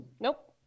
Nope